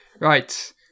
Right